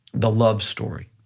the love story,